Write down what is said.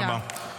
תודה רבה.